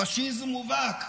פשיזם מובהק.